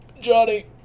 Johnny